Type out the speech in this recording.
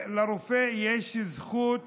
לרופא יש זכות